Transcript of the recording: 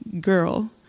girl